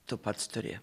tu pats turi